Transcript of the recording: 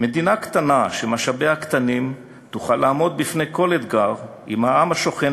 "מדינה קטנה שמשאביה קטנים תוכל לעמוד בפני כל אתגר אם העם השוכן